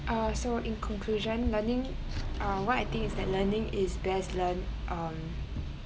uh so in conclusion learning uh what I think is that learning is best learnt uh